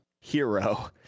hero